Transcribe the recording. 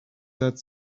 that